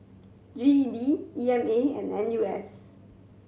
G E D E M A and N U S